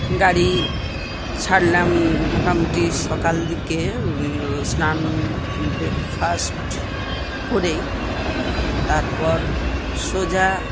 গাড়ি ছাড়লাম মোটামুটি সকালের দিকে স্নান ব্রেকফাস্ট করেই তারপর সোজা